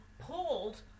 pulled